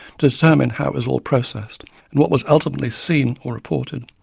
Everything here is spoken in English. to determine how it was all processed and what was ultimately seen or reported.